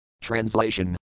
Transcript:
Translation